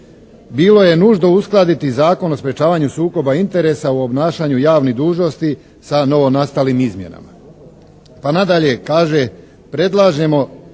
bilo je nužno uskladiti Zakon o sprječavanju sukoba interesa u obnašanju javnih dužnosti sa novonastalim izmjenama. Pa nadalje kaže, predloženom